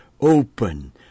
Open